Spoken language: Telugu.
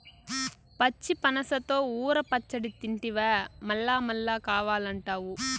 పచ్చి పనసతో ఊర పచ్చడి తింటివా మల్లమల్లా కావాలంటావు